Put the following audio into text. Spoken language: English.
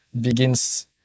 begins